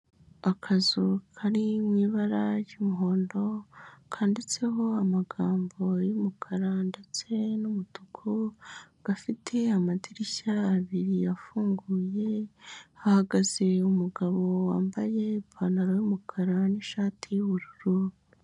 Akazu kari mu ibara ry'umuhondo kanditseho amagambo y'umukara ndetse n'umutuku, gafite amadirishya abiri afunguye, hahagaze umugabo wambaye ipantaro y'umukara n'ishati y'ubururu.